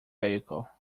vehicle